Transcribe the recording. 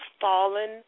fallen